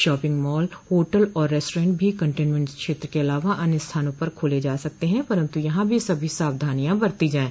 shopping mall hotel और restaurant भी containment क्षेत्र के अलावा अन्य स्थानों पर खोले जा सकते हैं परन्तु यहां भी सभी सावधानियां बरती जाये